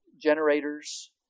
generators